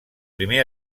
primer